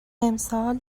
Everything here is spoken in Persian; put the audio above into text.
امسال